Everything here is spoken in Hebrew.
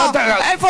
כל אחד אומר